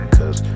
Cause